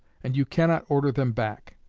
and you cannot order them back.